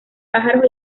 pájaros